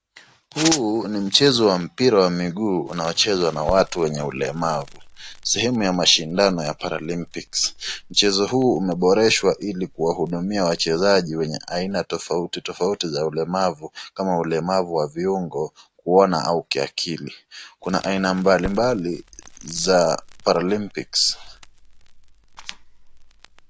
Huu ni mchezo wa mpira wa mguu unaochezwa na watu wenye ulemavu, sehemu ya mashindano ya paralympics mchezo huu umeboreshwa ili kuwahudumia wachezaji wa aina tofauti za ulemavu kama: ulemavu wa viungo, kuona au kiakili kuna aina mbalimbali za paralympics